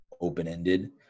open-ended